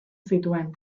zituen